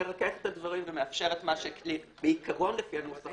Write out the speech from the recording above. מרככת את הדברים ומאפשרת מה שבעיקרון לפי הנוסח